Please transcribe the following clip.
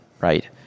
right